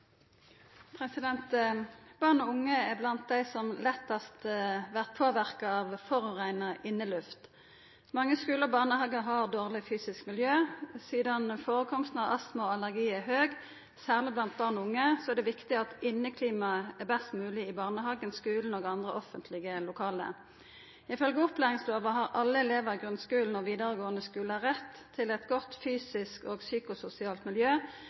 og unge er blant dei som lettast vert påverka av forureina inneluft. Mange skular og barnehagar har dårleg fysisk miljø. Sidan førekomsten av astma og allergi er høg, særleg blant barn og unge, er det viktig at inneklima er best mogleg i barnehagen, skulen og andre offentlege lokale. Ifylgje opplæringslova har alle elevar i grunnskulen og vidaregåande skular rett til eit godt fysisk og psykososialt miljø